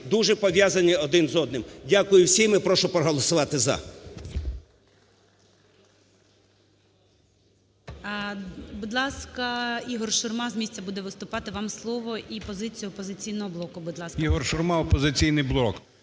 дуже пов'язані один з одним. Дякую всім і прошу проголосувати "за".